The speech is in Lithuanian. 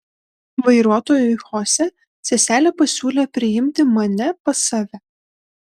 vairuotojui chosė seselė pasiūlė priimti mane pas save